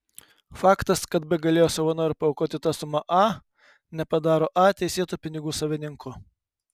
faktas kad b galėjo savo noru paaukoti tą sumą a nepadaro a teisėtu pinigų savininku